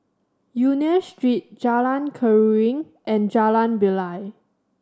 Union Street Jalan Keruing and Jalan Bilal